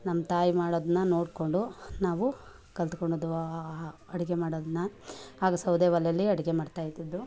ನಮ್ಮ ತಾಯಿ ಮಾಡೋದನ್ನು ನೋಡಿಕೊಂಡು ನಾವು ಕಲ್ತುಕೊಂಡದ್ದು ಆ ಅಡಿಗೆ ಮಾಡೋದನ್ನ ಆಗ ಸೌದೆ ಒಲೆಯಲ್ಲಿ ಅಡಿಗೆ ಮಾಡ್ತಾಯಿದ್ದದ್ದು